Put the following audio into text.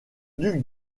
duc